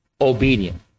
obedient